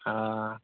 ᱟ